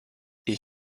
est